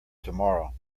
tomorrow